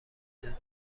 جاده